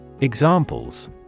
Examples